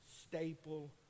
staple